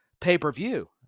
pay-per-view